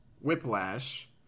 whiplash